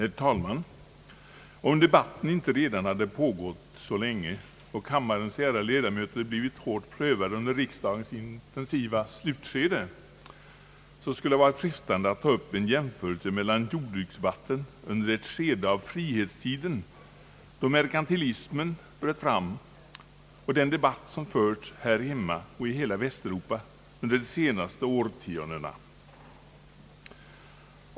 Herr talman! Om debatten inte redan hade pågått så länge och kammarens ärade ledamöter blivit hårt prövade under riksdagens intensiva slutskede, skulle det ha varit frestande att ta upp en jämförelse mellan jordbruksdebatten under det skede av frihetstiden då merkantilismen bröt fram och den debatt som förts här hemma och i hela Västeuropa under de senaste årtiondena.